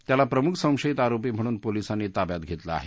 त्याला प्रमुख संशयित आरोपी म्हणून पोलिसांनी ताब्यात घेतलं आहे